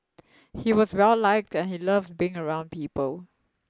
he was well liked and he loved being around people